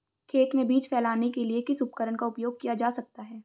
खेत में बीज फैलाने के लिए किस उपकरण का उपयोग किया जा सकता है?